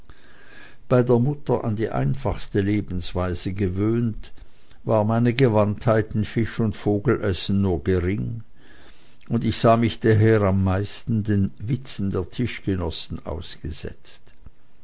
bei der mutter an die einfachste lebensweise gewöhnt war meine gewandtheit in fisch und vogelessen nur gering und ich sah mich daher am meisten den witzen der tischgenossen ausgesetzt